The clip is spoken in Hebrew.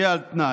יהיה על תנאי".